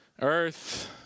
earth